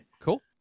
Cool